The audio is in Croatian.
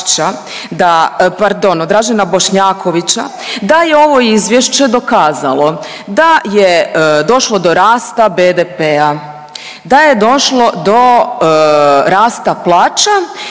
da je ovo izvješće dokazalo da je došlo do rasta BDP-a, da je došlo do rasta plaća